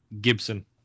Gibson